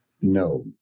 no